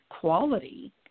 quality